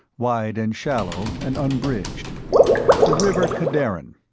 wide and shallow and unbridged the river kadarin,